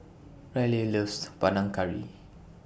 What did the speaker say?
Ryleigh loves Panang Curry